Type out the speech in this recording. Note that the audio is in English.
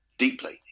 Deeply